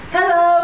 Hello